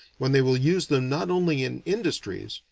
when they will use them not only in industries,